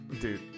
dude